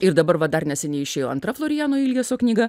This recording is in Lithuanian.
ir dabar va dar neseniai išėjo antra floriano iljeso knyga